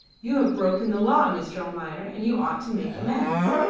you have broken the law, mr. almayer, and you ought to make amends.